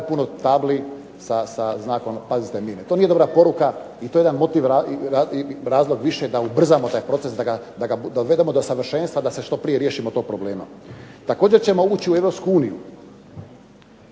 puno tabli sa znakom "Pazi mine". To nije dobra poruka i to je jedan razlog više da ubrzamo taj proces da ga dovedemo do savršenstva da se što prije riješimo tog problema. Također ćemo ući u Europsku uniju.